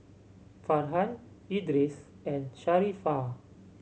Farhan Idris and Sharifah